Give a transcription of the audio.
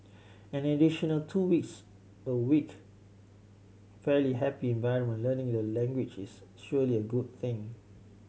an additional two weeks a week fairly happy environment learning the language is surely a good thing